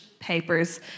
papers